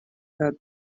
that